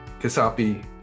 Kasapi